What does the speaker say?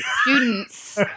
students